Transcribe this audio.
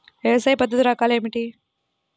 వ్యవసాయ పద్ధతులు రకాలు ఏమిటి?